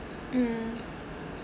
mm